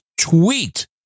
tweet